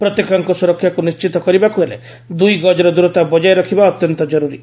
ପ୍ରତ୍ୟେକଙ୍କ ସୁରକ୍ଷାକୁ ନିଶ୍ଚିତ କରିବାକୁ ହେଲେ ଦୁଇ ଗଜର ଦୂରତା ବକାୟ ରଖିବା ଅତ୍ୟନ୍ତ କରୁରୀ